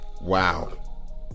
Wow